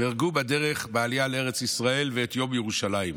נהרגו בדרך בעלייה לארץ ישראל, ואת יום ירושלים,